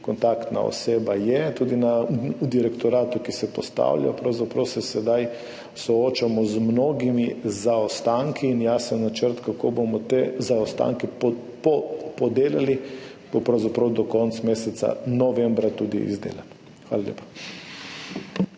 Kontaktna oseba je tudi na direktoratu, ki se postavlja. Pravzaprav se sedaj soočamo z mnogimi zaostanki in jasen načrt, kako bomo te zaostanke podelali, bo pravzaprav do konca meseca novembra tudi izdelan. Hvala lepa.